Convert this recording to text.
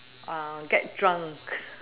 get drunk